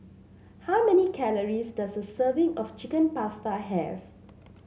how many calories does a serving of Chicken Pasta have